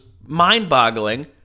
mind-boggling